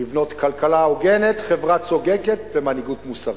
לבנות כלכלה הוגנת, חברה צודקת ומנהיגות מוסרית.